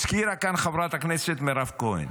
הזכירה כאן חברת הכנסת מירב כהן,